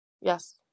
Yes